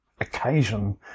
occasion